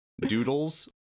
doodles